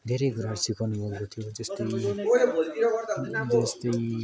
धेरै कुरो सिकउनु भएको थियो जस्तै जस्तै